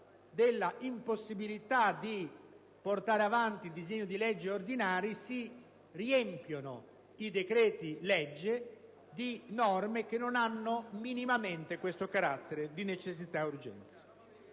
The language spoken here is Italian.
dell'impossibilità di portare avanti disegni di legge ordinari, si riempiono i decreti-legge di norme che non hanno minimamente il carattere di necessità e di urgenza.